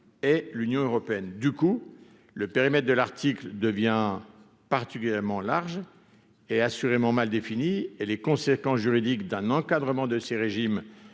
et l'Union européenne, du coup, le périmètre de l'article devient particulièrement large et assurément mal défini et les conséquences juridiques d'un encadrement de ces régimes